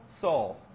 Saul